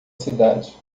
cidade